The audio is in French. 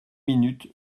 minutes